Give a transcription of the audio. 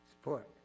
Support